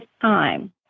time